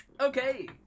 Okay